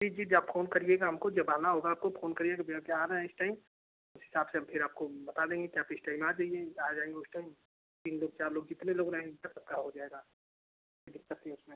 जी जी भैया आप फोन करिएगा हमको जब आना होगा आपको फोन करिएगा भैया कि आ रहें इस टाइम उस हिसाब से हम फिर आपको बता देंगे कि आप इस टाइम आ जाइए आ जाएंगे उस टाइम तीन लोग चार लोग जितने लोग रहेंगे सबका हो जाएगा जब तक कि उसमें